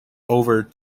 over